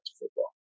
football